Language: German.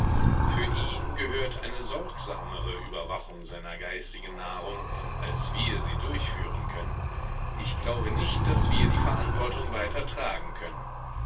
für ihn gehört eine sorgsamere überwachung seiner geistigen nahrung als wir sie durchführen können ich glaube nicht daß wir die verantwortung weiter tragen können